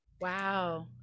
Wow